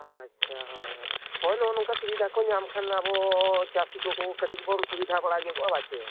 ᱟᱪᱪᱷᱟ ᱦᱳᱭ ᱦᱳᱭ ᱦᱳᱭ ᱱᱚᱭᱼᱚᱸᱭ ᱱᱚᱝᱠᱟ ᱥᱩᱵᱤᱫᱷᱟ ᱠᱚ ᱧᱟᱢ ᱠᱷᱟᱱ ᱟᱵᱚ ᱪᱟᱹᱥᱤ ᱠᱚᱠᱚ ᱠᱟᱹᱴᱤᱡ ᱵᱚᱱ ᱥᱩᱵᱤᱫᱷᱟ ᱵᱟᱲᱟ ᱧᱚᱜᱚᱜᱼᱟ ᱵᱟ ᱪᱮ